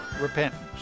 repentance